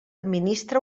administra